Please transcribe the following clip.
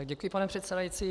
Děkuji, pane předsedající.